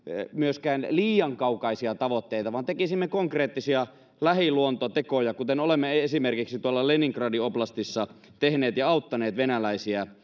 liian kaukaisia tavoitteita vaan tekisimme konkreettisia lähiluontotekoja kuten olemme esimerkiksi tuolla leningradin oblastissa tehneet ja auttaneet venäläisiä